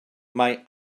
mae